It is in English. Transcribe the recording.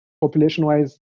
population-wise